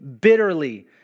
bitterly